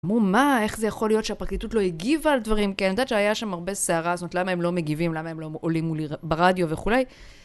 אמרו, מה, איך זה יכול להיות שהפרקליטות לא הגיבה על דברים? כי אני יודעת שהיה שם הרבה סערה, זאת אומרת, למה הם לא מגיבים, למה הם לא עולים ברדיו וכולי.